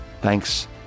Thanks